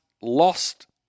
lost